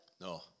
No